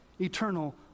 eternal